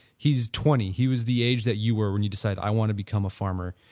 he is twenty. he was the age that you were when you decided i want to become a farmer.